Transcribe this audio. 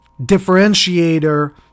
differentiator